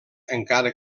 encara